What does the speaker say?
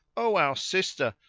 o our sister,